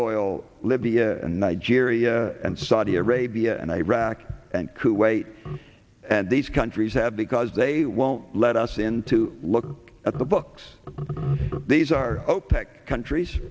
oil libya and nigeria and saudi arabia and iraq and kuwait and these countries have because they won't let us in to look at the books these are opec countries